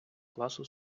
класу